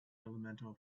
elemental